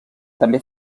també